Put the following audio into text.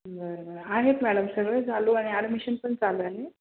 बरं बरं आहेत मॅडम सगळे चालू आणि ॲडमिशन पण चालु आहे